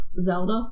Zelda